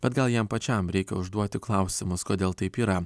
bet gal jam pačiam reikia užduoti klausimus kodėl taip yra